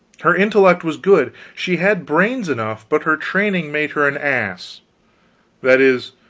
her intellect was good, she had brains enough, but her training made her an ass that is,